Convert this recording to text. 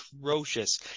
atrocious